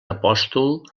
apòstol